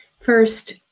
first